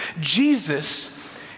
Jesus